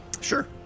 Sure